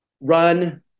run